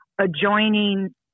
adjoining